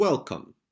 Welcome